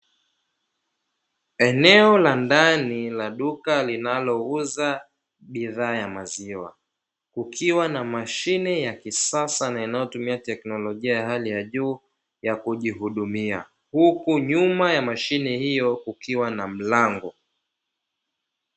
Eneo la ndani la duka linalouza bidhaa ya maziwa, kukiwa na mashine ya kisasa na inayotumia teknolojia ya hali juu ya kujihudumia, huku nyuma ya mashine hiyo kukiwa na mlango.